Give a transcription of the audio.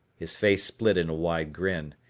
his face split in a wide grin.